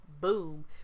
boom